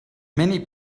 many